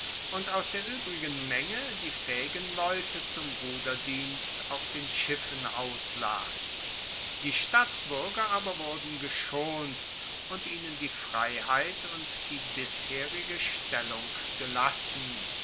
und aus der uebrigen menge die faehigen leute zum ruderdienst auf den schiffen auslas die stadtbuerger aber wurden geschont und ihnen die freiheit und die bisherige stellung gelassen